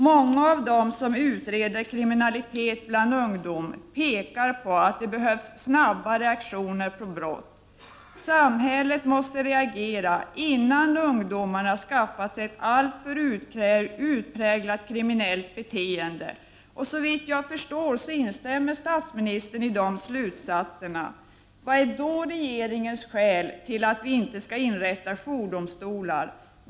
Många av dem som utreder kriminalitet bland ungdomar pekar på att det behövs snabba reaktioner på brott. Samhället måste reagera innan ungdomarna skaffar sig ett alltför utpräglat kriminellt beteende. Såvitt jag förstår instämmer statsministern i de slutsatserna. Vilket är då regeringens skäl för att vi inte skall inrätta jourdomstolar?